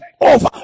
over